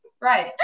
right